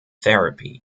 therapy